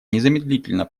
незамедлительно